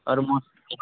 اور